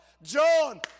John